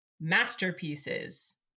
masterpieces